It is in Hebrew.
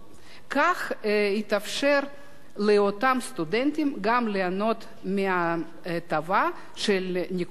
כך יתאפשר גם לאותם סטודנטים ליהנות מההטבה של נקודת הזיכוי.